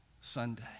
Sunday